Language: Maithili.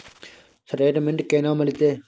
स्टेटमेंट केना मिलते?